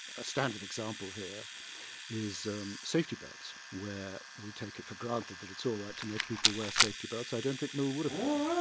a standard example here is um safety belts, where we take it for granted that it's all right to make people wear safety belts, i don't think mill would have done,